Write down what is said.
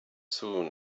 soon